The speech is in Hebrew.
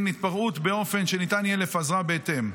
התפרעות באופן שניתן יהיה לפזרה בהתאם.